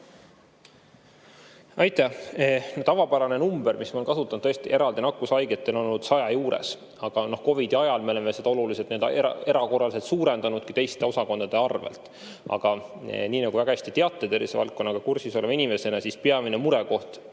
Aitäh! Tavapärane number, mis on kasutada olnud eraldi nakkushaigete puhul, on olnud saja juures. Aga COVID-i ajal me oleme seda oluliselt erakorraliselt suurendanudki teiste osakondade arvel. Aga nii nagu väga hästi teate tervisevaldkonnaga kursis oleva inimesena, ei ole peamine murekoht